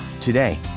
Today